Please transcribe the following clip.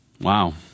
Wow